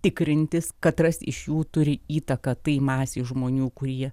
tikrintis katras iš jų turi įtaką tai masei žmonių kurie